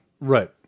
Right